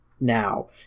now